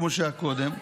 כמו שהיה קודם,